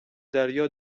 دریا